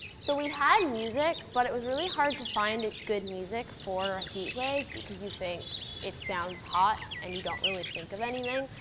so we had music. but it was really hard to find good music for a heat wave, because you think it sounds hot and you don't really think of anything.